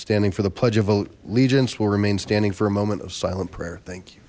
standing for the pledge of allegiance will remain standing for a moment of silent prayer thank you